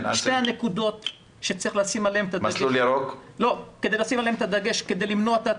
שתי הנקודות שצריך לשים עליהן את הדגש כדי למנוע את התקנות: